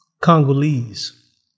Congolese